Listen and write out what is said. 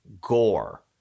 gore